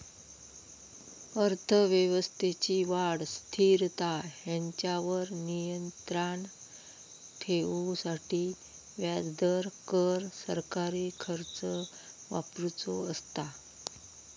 अर्थव्यवस्थेची वाढ, स्थिरता हेंच्यावर नियंत्राण ठेवूसाठी व्याजदर, कर, सरकारी खर्च वापरुचो असता